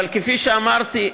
כפי שאמרתי,